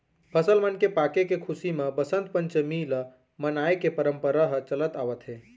फसल मन के पाके के खुसी म बसंत पंचमी ल मनाए के परंपरा ह चलत आवत हे